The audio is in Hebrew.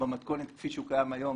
במתכונת כפי שהוא קיים היום,